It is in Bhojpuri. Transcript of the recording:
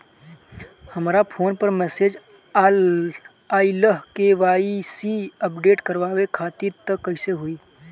हमरा फोन पर मैसेज आइलह के.वाइ.सी अपडेट करवावे खातिर त कइसे होई?